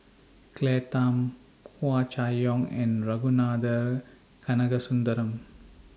Claire Tham Hua Chai Yong and Ragunathar Kanagasuntheram